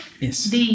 Yes